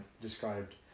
described